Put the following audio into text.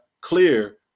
clear